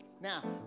Now